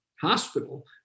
hospital